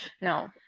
No